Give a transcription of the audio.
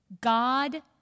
God